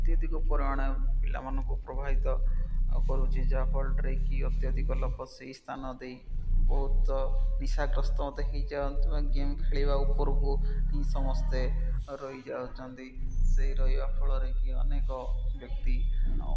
ଅତ୍ୟଧିକ ପରିମାଣରେ ପିଲାମାନଙ୍କୁ ପ୍ରଭାବିତ କରୁଛି ଯାହାଫଳରେ କି ଅତ୍ୟଧିକ ଲୋକ ସେଇ ସ୍ଥାନ ଦେଇ ବହୁତ ନିଶାଗ୍ରସ୍ତ ମୋଟେ ହେଇଯାନ୍ତି ବା ଗେମ୍ ଖେଳିବା ଉପରକୁ ହିଁ ସମସ୍ତେ ରହି ଯାଉଛନ୍ତି ସେଇ ରହିବା ଫଳରେ କି ଅନେକ ବ୍ୟକ୍ତି